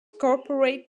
corporate